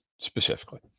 specifically